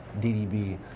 DDB